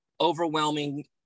overwhelming